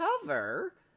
Cover